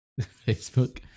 Facebook